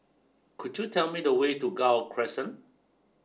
could you tell me the way to Gul Crescent